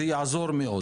זה יעזור מאוד.